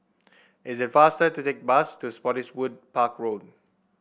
is it faster to take the bus to Spottiswoode Park Road